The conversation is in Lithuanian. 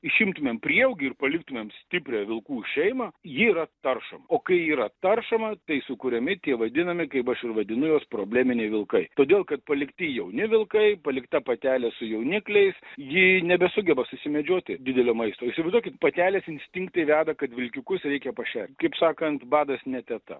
išimtumėm prieaugį ir paliktumėm stiprią vilkų šeimą ji yra taršoma o kai yra taršoma tai sukuriami tie vadinami kaip aš ir vadinu juos probleminiai vilkai todėl kad palikti jauni vilkai palikta patelė su jaunikliais ji nebesugeba susimedžioti didelio maisto įsivaizduokit patelės instinktai veda kad vilkiukus reikia pašert kaip sakant badas ne teta